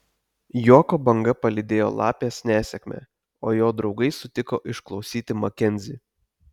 juoko banga palydėjo lapės nesėkmę o jo draugai sutiko išklausyti makenzį